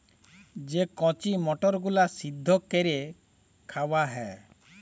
যে কঁচি মটরগুলা সিদ্ধ ক্যইরে খাউয়া হ্যয়